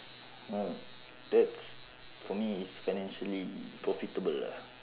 mm that's for me it's financially profitable